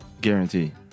Guarantee